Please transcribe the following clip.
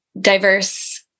diverse